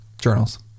journals